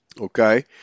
Okay